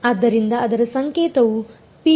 ಆದ್ದರಿಂದ ಅದರ ಸಂಕೇತವು ಪಿ